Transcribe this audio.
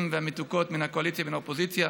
והמתוקות מן הקואליציה ומן האופוזיציה,